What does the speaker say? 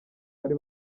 bari